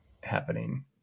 happening